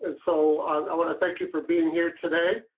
and so i want to thank you for being here today.